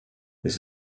this